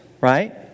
right